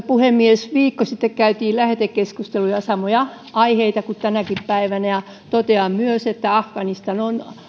puhemies viikko sitten käytiin lähetekeskustelussa samoja aiheita kuin tänäkin päivänä ja totean myös että afganistan on